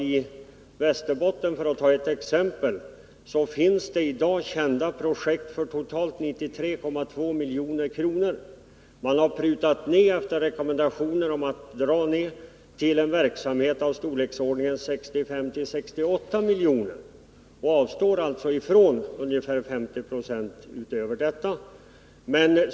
I Västerbotten, för att ta ett exempel, finns i dag kända projekt på totalt 93,2 milj.kr. Efter rekommendationer om neddragningar har man prutat ned till en verksamhet på 65-68 milj.kr. och alltså avstått från ungefär 50 26.